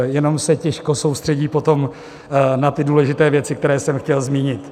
Jenom se těžko soustředí potom na ty důležité věci, které jsem chtěl zmínit.